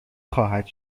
خواهد